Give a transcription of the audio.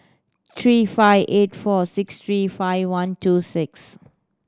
three five eight four six three five one two six